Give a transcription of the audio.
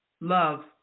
Love